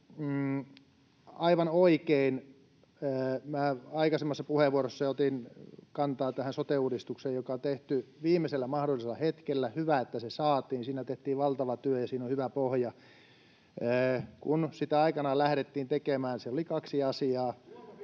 aivan oikein, minä aikaisemmassa puheenvuorossa jo otin kantaa tähän sote-uudistukseen, joka on tehty viimeisellä mahdollisella hetkellä. Hyvä, että se saatiin. Siinä tehtiin valtava työ, ja siinä on hyvä pohja. Kun sitä aikanaan lähdettiin tekemään, siellä oli kaksi asiaa